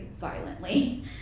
violently